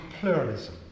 pluralism